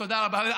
תודה רבה.